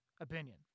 opinion